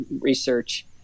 research –